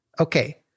Okay